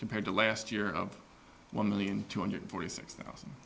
compared to last year of one million two hundred forty six thousand